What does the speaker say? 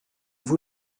vous